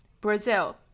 Brazil